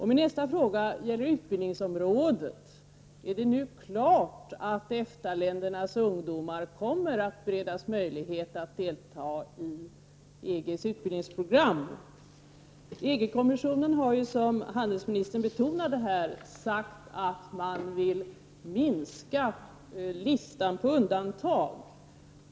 Min nästa fråga gäller utbildningsområdet. Är det nu klart att EFTA-ländernas ungdomar kommer att beredas möjlighet att delta i EG:s utbildningsprogram? EG-kommissionen har, vilket utrikeshandelsministern här betonade, sagt att man vill minska listan över undantag.